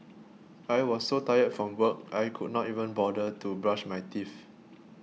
I was so tired from work I could not even bother to brush my teeth